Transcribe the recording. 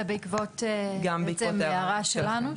זה בעקבות בעצם הערה שלנו,